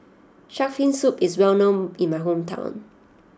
Shark's Fin Soup is well known in my hometown